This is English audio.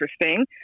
interesting